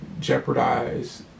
jeopardize